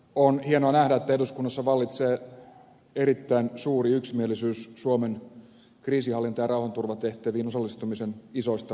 on hienoa nähdä että eduskunnassa vallitsee erittäin suuri yksimielisyys suomen kriisinhallinta ja rauhanturvatehtäviin osallistumisen isoista linjoista